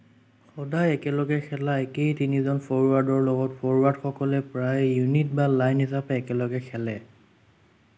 সদায় একেলগে খেলা একেই তিনিজন ফৰৱাৰ্ডৰ লগত ফৰৱাৰ্ডসকলে প্ৰায়ে ইউনিট বা লাইন হিচাপে একেলগে খেলে